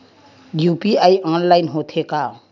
UPI online होथे का?